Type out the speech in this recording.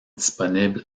disponible